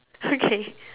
okay